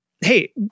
hey